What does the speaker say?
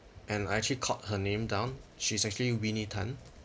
and I actually caught her name down she's actually winnie tan